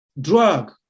drug